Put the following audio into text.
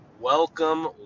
welcome